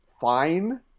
fine